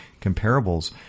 comparables